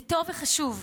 זה טוב וחשוב,